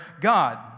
God